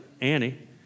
Annie